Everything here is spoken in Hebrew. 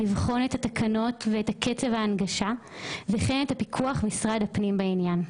לבחון את התקנות ואת קצב ההנגשה וכן את פיקוח משרד הפנים בעניין.